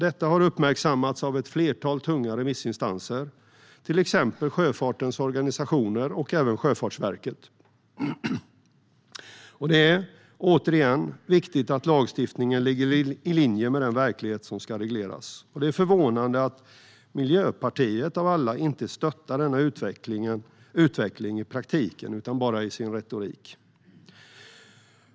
Detta har uppmärksammats av ett flertal tunga remissinstanser, till exempel sjöfartens organisationer och Sjöfartsverket. Det är, återigen, viktigt att lagstiftningen ligger i linje med den verklighet som ska regleras. Det är förvånande att Miljöpartiet av alla inte stöttar denna utveckling i praktiken utan bara i sin retorik.